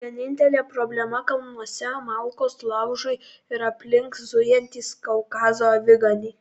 vienintelė problema kalnuose malkos laužui ir aplink zujantys kaukazo aviganiai